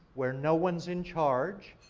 where no one's in charge,